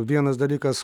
vienas dalykas